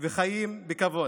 וחיים בכבוד.